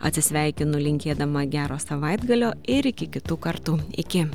atsisveikinu linkėdama gero savaitgalio ir iki kitų kartų iki